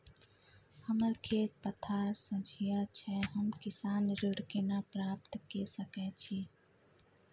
हमर खेत पथार सझिया छै हम किसान ऋण केना प्राप्त के सकै छी?